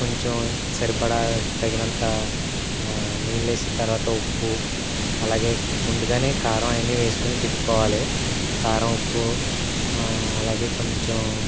కొంచెం సరిపడా తగినంత నీళ్ళేసి తర్వాత ఉప్పు అలాగే ముందుగానే కారం అయన్నీ వేసుకుని తిప్పుకోవాలి కారం ఉప్పు అలాగే కొంచెం